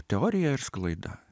teoriją ir sklaidą